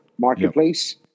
Marketplace